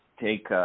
take